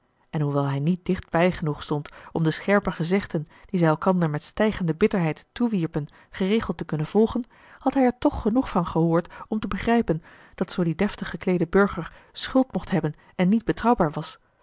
en hoewel hij niet dicht bij genoeg stond om de scherpe gezegden die zij elkander met stijgende bitterheid toewierpen geregeld te kunnen volgen had hij er toch genoeg van gehoord om te begrijpen dat zoo die deftig gekleede burger schuld mocht hebben en niet betrouwbaar was